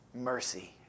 mercy